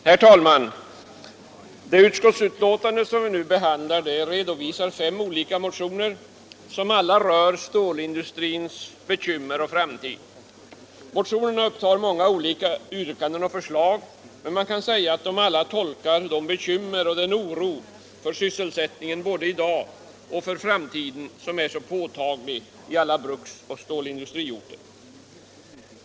Herr talman! Det utskottsbetänkande som vi nu behandlar redovisar fem olika motioner som alla rör stålindustrins bekymmer och framtid. Motionerna upptar många olika yrkanden och förslag, men man kan säga att de alla tolkar de bekymmer och den oro för sysselsättningen, både i dag och för framtiden, som är så påtagliga i alla bruksoch stålindustriorter.